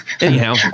Anyhow